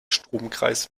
stromkreis